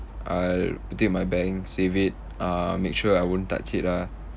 I'll put it in my bank save it uh make sure I won't touch it ah